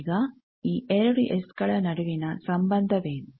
ಈಗ ಈ ಎರಡು ಎಸ್ಗಳ ನಡುವಿನ ಸಂಬಂಧವೇನು